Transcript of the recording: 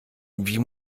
wie